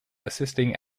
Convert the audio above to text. assisting